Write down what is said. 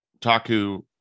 taku